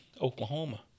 Oklahoma